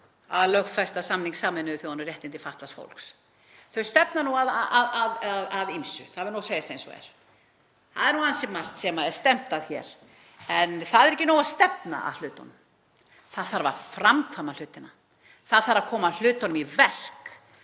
að lögfesta samning Sameinuðu þjóðanna um réttindi fatlaðs fólks. Hún stefnir nú að ýmsu, það verður að segjast eins og er, það er ansi margt sem er stefnt að hér. En það er ekki nóg að stefna að hlutunum, það þarf að framkvæma hlutina, það þarf að koma hlutunum í verk